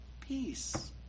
peace